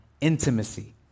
intimacy